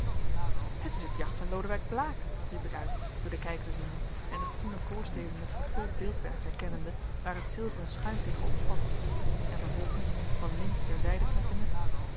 het is het jacht van lodewijk blaek riep ik uit door den kijker ziende en den groenen voorsteven met verguld beeldwerk herkennende waar het zilveren schuim tegen opspatte en vervolgens van lintz ter zijde trekkende